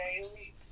daily